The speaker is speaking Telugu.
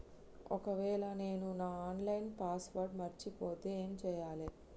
ఒకవేళ నేను నా ఆన్ లైన్ పాస్వర్డ్ మర్చిపోతే ఏం చేయాలే?